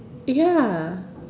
ya